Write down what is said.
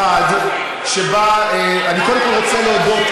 שבה אני קודם כול רוצה להודות,